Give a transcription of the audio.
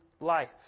life